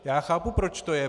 Já chápu, proč to je.